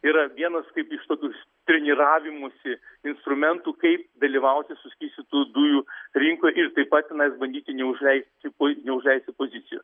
tai yra vienas kaip iš tokių treniravimųsi instrumentų kaip dalyvauti suskystintų dujų rinkoj ir taip pat tenais bandyti neužleisti po neužleisti pozicijų